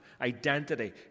identity